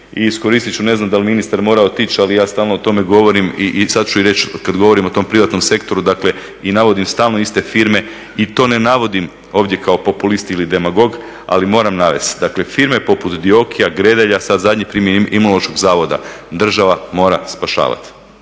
I iskoristit ću ne znam dali ministar mora otići ali ja stalno o tome govorim i sada ću reći kada govorim o tom privatnom sektoru i navodim stalno iste firme i to ne navodim ovdje kao populist ili demagog ali moram navesti, dakle firme poput Dioki-a, Gredelja sada zadnje prije Imunološkog zavoda država mora spašavati.